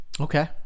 Okay